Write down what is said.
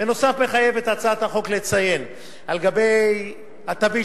בנוסף מחייבת הצעת החוק לציין על גבי התווית